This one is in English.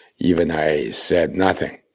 even i said nothing,